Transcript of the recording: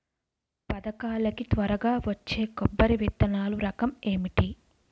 పథకాల కి త్వరగా వచ్చే కొబ్బరి విత్తనాలు రకం ఏంటి?